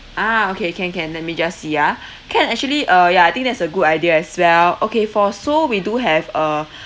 ah okay can can let me just see ah can actually uh ya I think that's a good idea as well okay for seoul we do have uh